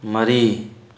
ꯃꯔꯤ